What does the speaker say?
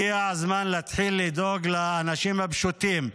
הגיע הזמן להתחיל לדאוג לאנשים הפשוטים,